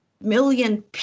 million